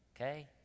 Okay